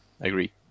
agree